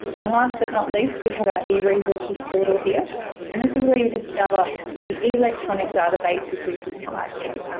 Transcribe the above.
and last but not least we have our eresources portal here and this is where you discover the electronic databases we subscribe to.